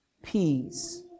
Peace